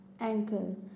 Ankle